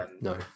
no